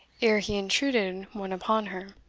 ere he intruded one upon her.